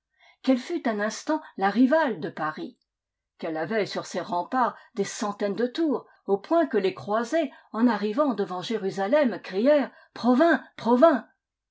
qu'elle fut un instant la rivale de paris qu'elle avait sur ses remparts des centaines de tours au point que les croisés en arrivantdevant jérusalem crièrent provins provins